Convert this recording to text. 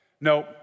No